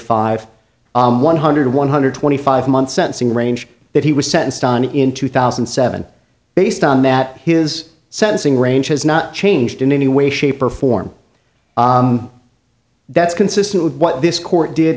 five one hundred one hundred twenty five month sentencing range that he was sentenced on in two thousand and seven based on that his sentencing range has not changed in any way shape or form that's consistent with what this court did